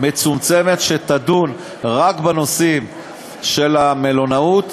מצומצמת שתדון רק בנושאים של המלונאות,